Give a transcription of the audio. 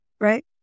right